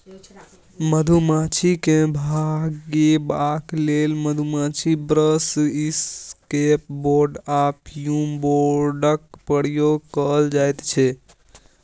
मधुमाछी केँ भगेबाक लेल मधुमाछी ब्रश, इसकैप बोर्ड आ फ्युम बोर्डक प्रयोग कएल जाइत छै